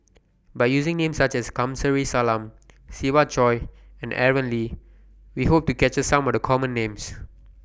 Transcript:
By using Names such as Kamsari Salam Siva Choy and Aaron Lee We Hope to capture Some of The Common Names